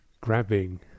grabbing